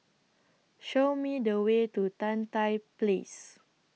Show Me The Way to Tan Tye Place